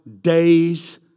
days